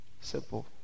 Simple